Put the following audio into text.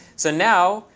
so, now,